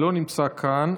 לא נמצא כאן,